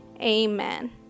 Amen